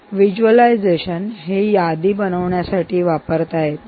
तर व्हिज्युअलायझेशन हे यादी बनवण्यासाठी वापरता येते